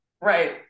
Right